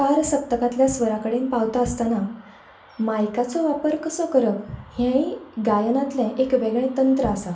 तार सप्तकांतल्या स्वरा कडेन पावता आस्तना मायकाचो वापर कसो करप हेय गायनातले एक वेगळे तंत्र आसा